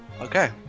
Okay